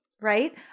Right